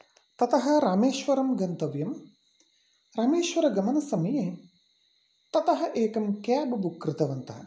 ततः रामेश्वरं गन्तव्यं रामेश्वरगमनसमये ततः एकं केब् बुक् कृतवन्तः